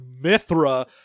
Mithra